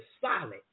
solid